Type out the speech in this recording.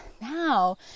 now